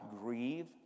grieve